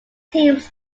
teams